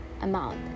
amount